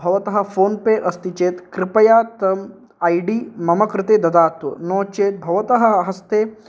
भवतः PhonePe अस्ति चेत् कृपया तत् ऐ डि मम कृते ददातु नो चेत् भवतः हस्ते